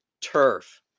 turf